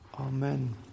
Amen